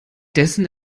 dessen